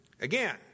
again